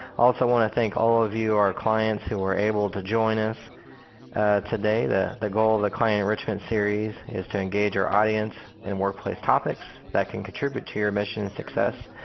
also want to thank all of you, our clients who are able to join us today. the the goal of the client enrichment series is to engage our audience in workplace topics that can contribute to your mission success,